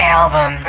album